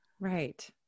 right